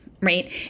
right